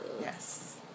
Yes